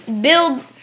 build